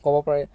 ক'ব পাৰে